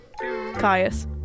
Caius